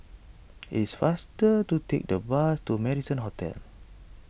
is faster to take the bus to Marrison Hotel